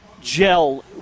gel